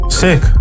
sick